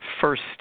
first